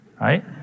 right